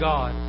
God